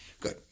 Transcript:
Good